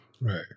Right